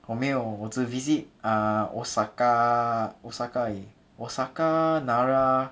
我没有我只 visit uh osaka osaka 而已 osaka nara